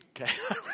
Okay